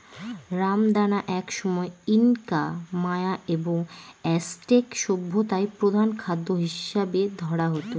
রামদানা একসময় Inca, Maya এবং অ্যাজটেক সভ্যতায় প্রধান খাদ্য হিসাবে ধরা হত